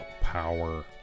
power